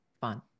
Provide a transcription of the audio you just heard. fun